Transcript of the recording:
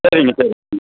சரிங்க சரிங்க